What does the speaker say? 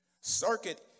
Circuit